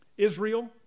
Israel